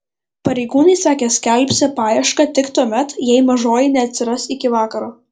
pareigūnai sakė skelbsią paiešką tik tuomet jei mažoji neatsiras iki vakaro